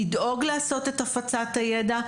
לדאוג לעשות את הפצת הידע,